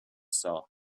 saw